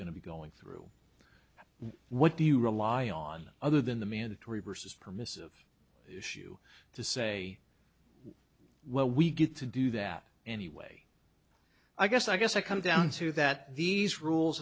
to be going through what do you rely on other than the mandatory vs permissive issue to say well we get to do that anyway i guess i guess it comes down to that these rules